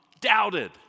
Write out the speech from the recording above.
doubted